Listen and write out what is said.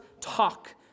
talk